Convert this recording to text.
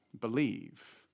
believe